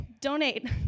donate